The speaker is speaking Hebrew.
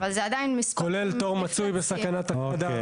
כולל תור מצוי בסכנת הכחדה.